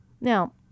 Now